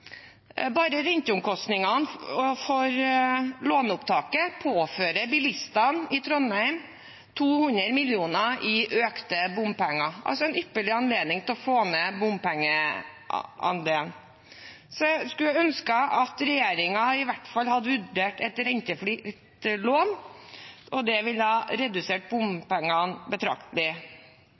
Bare renteomkostningene for låneopptaket påfører bilistene i Trondheim 200 mill. kr i økte bompenger. Dette er altså en ypperlig anledning til å få ned bompengeandelen, så jeg skulle ønske at regjeringen i hvert fall hadde vurdert et rentefritt lån. Det ville ha redusert bompengene betraktelig.